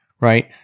right